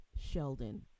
Sheldon